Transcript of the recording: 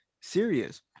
serious